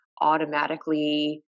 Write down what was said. automatically